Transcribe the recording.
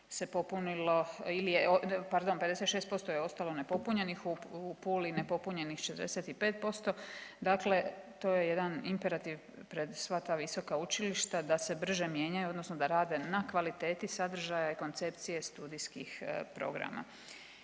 56% je ostalo nepopunjenih, u Puli nepopunjenih 65%, dakle to je jedan imperativ pred sva ta visoka sveučilišta da se brže mijenjaju odnosno da rade na kvaliteti sadržaja i koncepcije studijskih programa.